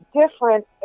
different